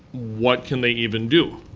what can they even do?